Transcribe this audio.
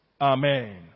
Amen